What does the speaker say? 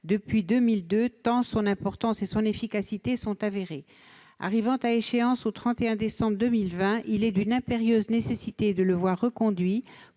depuis 2002, tant son importance et son efficacité sont avérées. Arrivant à échéance au 31 décembre 2020, il est d'une impérieuse nécessité de le voir reconduit